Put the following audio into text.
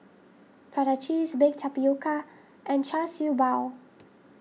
Prata Cheese Baked Tapioca and Char Siew Bao